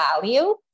value